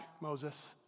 Moses